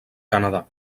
canadà